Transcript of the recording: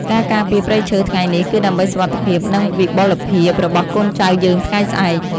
ការការពារព្រៃឈើថ្ងៃនេះ គឺដើម្បីសុវត្ថិភាព និងវិបុលភាពរបស់កូនចៅយើងថ្ងៃស្អែក។